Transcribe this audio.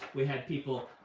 we had people